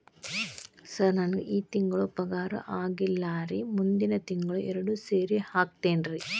sir ನಂಗ ಈ ತಿಂಗಳು ಪಗಾರ ಆಗಿಲ್ಲಾರಿ ಮುಂದಿನ ತಿಂಗಳು ಎರಡು ಸೇರಿ ಹಾಕತೇನ್ರಿ